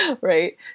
Right